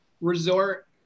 resort